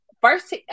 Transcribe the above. first